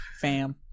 fam